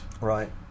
Right